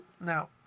Now